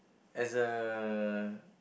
as a